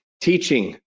teaching